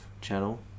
channel